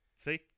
See